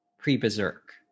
pre-berserk